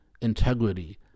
Integrity